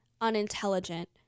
unintelligent